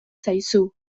zaizu